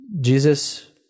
jesus